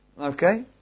okay